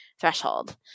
threshold